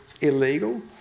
illegal